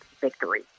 victory